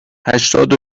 هشتاد